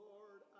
Lord